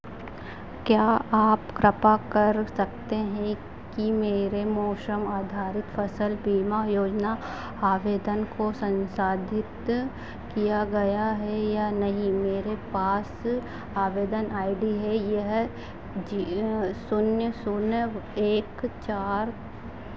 क्या आप कृपा कर सकते हैं कि मेरे मौसम आधारित फसल बिमा योजना आवेदन को संसाधित किया गया है या नहीं मेरे पास आवेदन आई डी है यह जी शून्य शून्य एक चार